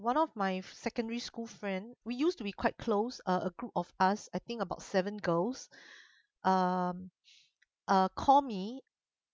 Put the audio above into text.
one of my secondary school friend we used to be quite close uh a group of us I think about seven girls um uh call me